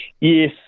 Yes